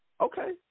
Okay